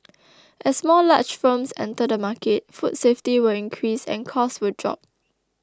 as more large firms enter the market food safety will increase and costs will drop